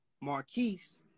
Marquise